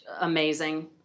amazing